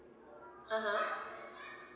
(uh huh)